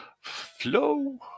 Flow